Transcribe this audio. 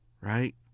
right